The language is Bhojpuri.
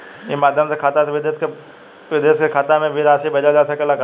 ई माध्यम से खाता से विदेश के खाता में भी राशि भेजल जा सकेला का?